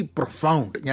profound